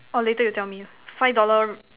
oh later you tell me five dollar